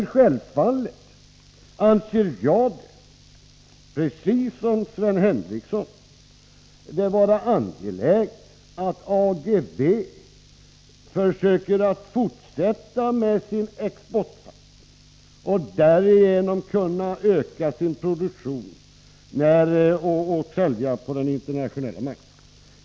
Självfallet anser jag, precis som Sven Henricsson, att det är angeläget att Ageve försöker fortsätta med sin exportsatsning och därigenom ökar sin produktion och försäljningen på den internationella marknaden.